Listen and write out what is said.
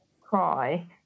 cry